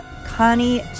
Connie